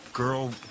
Girl